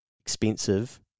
expensive